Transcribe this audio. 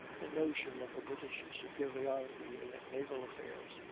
the notion of the british superiority in naval affairs,